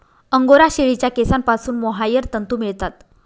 angora शेळीच्या केसांपासून mohair तंतू मिळतात